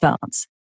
phones